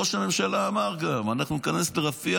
ראש הממשלה גם אמר: אנחנו ניכנס לרפיח,